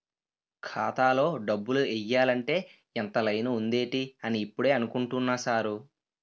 ఖాతాలో డబ్బులు ఎయ్యాలంటే ఇంత లైను ఉందేటి అని ఇప్పుడే అనుకుంటున్నా సారు